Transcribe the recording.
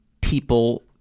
people